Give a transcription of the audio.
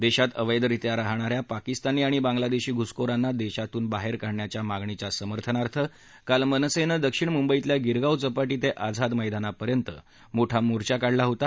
देशात अवैधरित्या राहणाऱ्या पाकिस्तानी आणि बांग्लादेशी घुसखोरांना देशातून बाहेर काढण्याच्या मागणीच्या समर्थनार्थ काल मनसेने दक्षिण मुंबईतल्या गिरगाव चौपाटी ते आझाद मैदानापर्यंत मोठा मोर्चा काढला होता